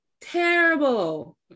terrible